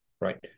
right